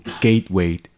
gateway